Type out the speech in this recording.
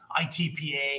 ITPA